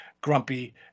grumpy